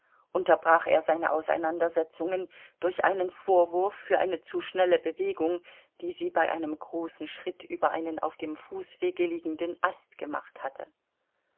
unterbrach er seine auseinandersetzung durch einen vorwurf für eine zu schnelle bewegung die sie bei einem großen schritt über einen auf dem fußwege liegenden ast gemacht hatte